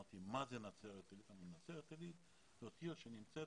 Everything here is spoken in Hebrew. שאלתי מה זה נצרת עילית ואמרו לי שנצרת עילית זאת עיר שנמצאת